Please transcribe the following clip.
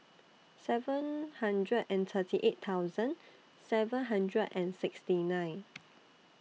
seven hundred and thirty eight thousand seven hundred and sixty nine